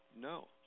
No